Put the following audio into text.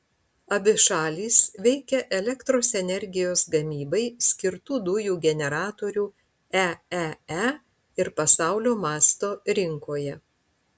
abi šalys veikia elektros energijos gamybai skirtų dujų generatorių eee ir pasaulio masto rinkoje